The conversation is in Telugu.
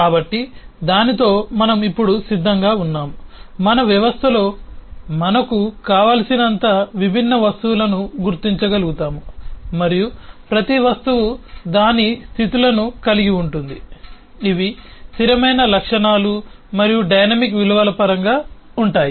కాబట్టి దానితో మనం ఇప్పుడు సిద్ధంగా ఉన్నాము మన వ్యవస్థలో మనకు కావలసినంత విభిన్న వస్తువులను గుర్తించగలుగుతాము మరియు ప్రతి వస్తువు దాని స్థితులను కలిగి ఉంటుంది ఇవి స్థిరమైన లక్షణాలు మరియు డైనమిక్ విలువల పరంగా ఉంటాయి